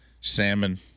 salmon